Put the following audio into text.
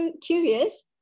curious